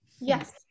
Yes